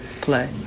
play